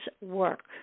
work